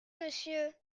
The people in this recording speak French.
monsieur